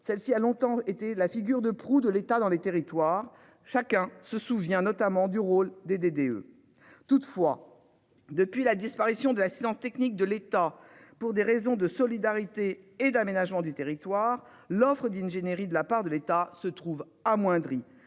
celle-ci a longtemps été la figure de proue de l'État dans les territoires. Chacun se souvient notamment du rôle des DDE toutefois. Depuis la disparition de l'assistance technique de l'État pour des raisons de solidarité et d'aménagement du territoire, l'offre d'ingénierie de la part de l'état se trouve amoindrie